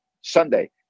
Sunday